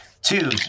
Two